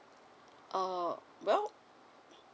err well